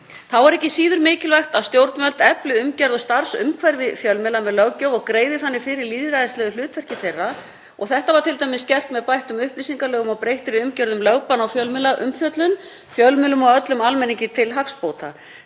Þá er ekki síður mikilvægt að stjórnvöld efli umgjörð og starfsumhverfi fjölmiðla með löggjöf og greiði þannig fyrir lýðræðislegu hlutverki þeirra. Þetta var t.d. gert með bættum upplýsingalögum og breyttri umgjörð um lögbann og fjölmiðlaumfjöllun, fjölmiðlum og öllum almenningi til hagsbóta.